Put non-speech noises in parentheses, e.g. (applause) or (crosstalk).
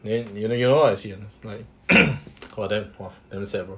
then you know you know as in like (coughs) hold on damn sad bro